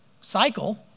cycle